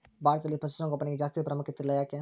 ಭಾರತದಲ್ಲಿ ಪಶುಸಾಂಗೋಪನೆಗೆ ಜಾಸ್ತಿ ಪ್ರಾಮುಖ್ಯತೆ ಇಲ್ಲ ಯಾಕೆ?